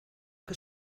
que